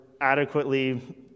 adequately